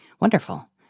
wonderful